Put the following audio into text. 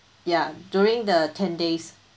ya during the ten days